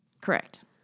Correct